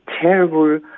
terrible